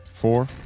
Four